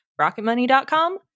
Rocketmoney.com